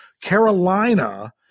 Carolina